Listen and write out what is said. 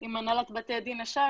עם הנהלת בתי הדין השרעי,